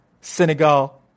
Senegal